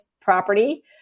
property